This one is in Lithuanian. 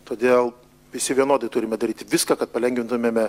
todėl visi vienodai turime daryti viską kad palengvintumėme